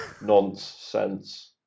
Nonsense